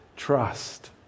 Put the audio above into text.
Trust